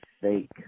fake